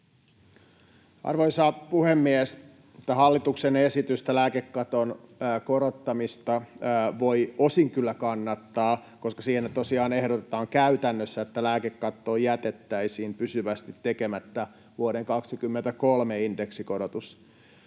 Arvoisa puhemies! Tätä hallituksen esitystä lääkekaton korottamisesta voi osin kyllä kannattaa, koska siinä tosiaan ehdotetaan käytännössä, että lääkekattoon jätettäisiin pysyvästi tekemättä vuoden 23 indeksikorotus.